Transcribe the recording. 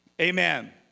Amen